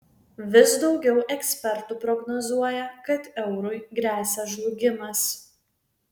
vis daugiau ekspertų prognozuoja kad eurui gresia žlugimas